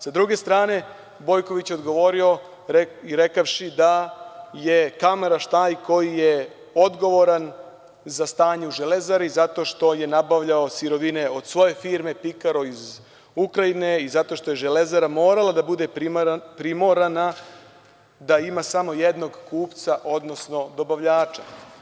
Sa druge strane, Bojković je odgovorio rekavši da je Kamaraš taj koji je odgovoran za stanje u „Železari“ zato što je nabavljao sirovine od svoje firme „Pikaro“ iz Ukrajine i zato što je „Železara“ morala da bude primorana da ima samo jednog kupca, odnosno dobavljača.